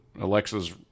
alexa's